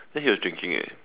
then he was drinking it